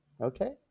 Okay